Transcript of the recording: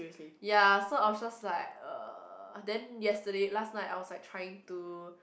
ya so I was just like uh then yesterday last night I was like trying to